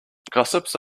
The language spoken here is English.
gossips